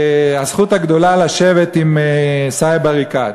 בגלל הזכות הגדולה לשבת עם סאיב עריקאת.